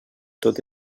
tot